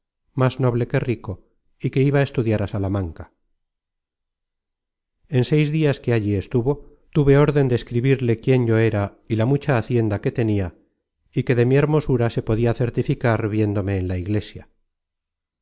más noble que rico y que iba a estudiar á salamanca en seis dias que allí estuvo tuve orden de escribirle quién yo era y la mucha hacienda que tenia y que de mi hermosura se podia certificar viéndome en la iglesia